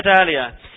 earlier